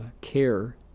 care